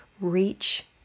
Reach